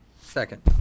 Second